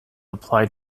apply